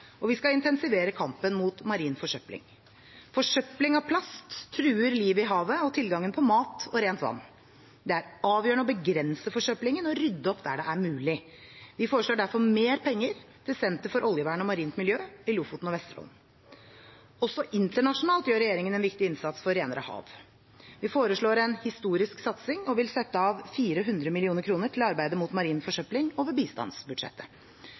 og vi skal intensivere kampen mot marin forsøpling. Forsøplingen av plast truer livet i havet og tilgangen på mat og rent vann. Det er avgjørende å begrense forsøplingen og rydde opp der det er mulig. Vi foreslår derfor mer penger til Senter for oljevern og marint miljø i Lofoten og Vesterålen. Også internasjonalt gjør regjeringen en viktig innsats for renere hav. Vi foreslår en historisk satsing og vil sette av 400 mill. kr til arbeidet mot marin forsøpling over bistandsbudsjettet.